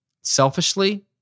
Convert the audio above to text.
selfishly